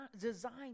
designed